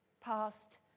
Past